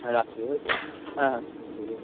হ্যাঁ রাখছি তালে হ্যাঁ হ্যাঁ ঠিক আছে